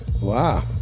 Wow